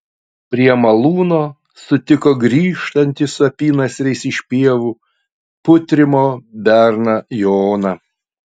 prie malūno sutiko grįžtantį su apynasriais iš pievų putrimo berną joną